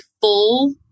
full